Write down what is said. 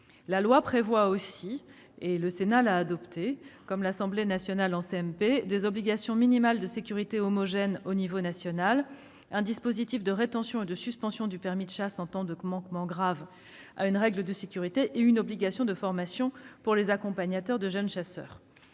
nationale ont adopté ces mesures en commission mixte paritaire -des obligations minimales de sécurité homogènes au niveau national, un dispositif de rétention et de suspension du permis de chasser en cas de manquement grave à une règle de sécurité et une obligation de formation pour les accompagnateurs de jeunes chasseurs.